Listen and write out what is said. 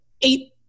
eight